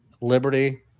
Liberty